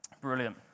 Brilliant